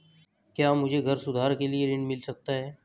क्या मुझे घर सुधार के लिए ऋण मिल सकता है?